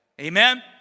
Amen